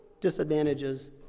disadvantages